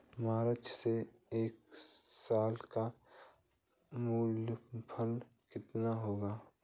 मिर्च से एक साल का मुनाफा कितना होता है?